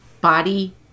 body